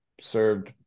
served